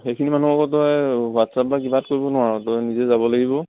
সেইখিনি মানুহ আকৌ তই হোৱাটছ এপ বা কিবাত কৰিব নোৱাৰ তই নিজে যাব লাগিব